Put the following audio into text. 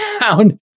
down